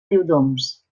riudoms